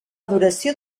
duració